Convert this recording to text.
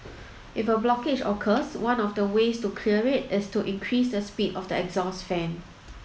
if a blockage occurs one of the ways to clear it is to increase the speed of the exhaust fan